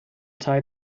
tie